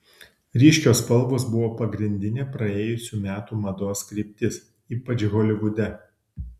ryškios spalvos buvo pagrindinė praėjusių metų mados kryptis ypač holivude